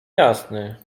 jasny